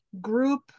group